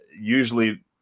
usually